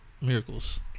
Miracles